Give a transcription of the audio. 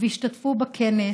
והשתתפו בכנס,